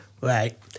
Right